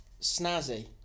snazzy